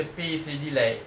the pay is already like